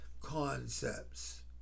concepts